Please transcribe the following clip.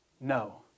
No